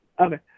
Okay